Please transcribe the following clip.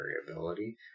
variability